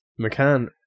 McCann